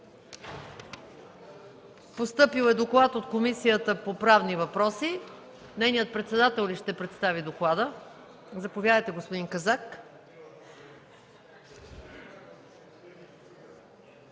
Постъпил е доклад от Комисията по правни въпроси. Нейният председател ще представи доклада. Заповядайте, господин Казак.